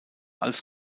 als